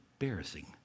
embarrassing